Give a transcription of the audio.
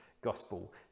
gospel